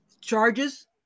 charges